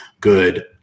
good